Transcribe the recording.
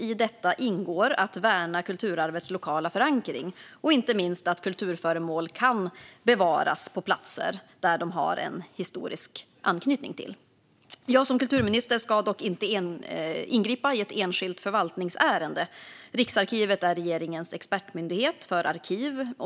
I detta ingår att värna kulturarvets lokala förankring och inte minst att kulturföremål kan bevaras på platser de har en historisk anknytning till. Jag som kulturminister ska dock inte ingripa i ett enskilt förvaltningsärende. Riksarkivet är regeringens expertmyndighet för arkiv.